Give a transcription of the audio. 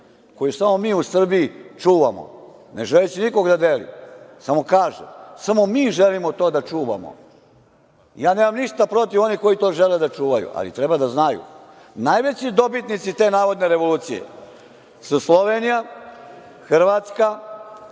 još samo mi u Srbiji čuvamo, ne želeći nikog da delim, samo kažem, samo mi želimo to da čuvamo. Ja nemam ništa protiv onih koji to žele da čuvaju, ali treba da znaju, najveći dobitnici te navodne revolucije su Slovenija, Hrvatska,